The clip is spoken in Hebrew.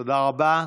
תודה רבה.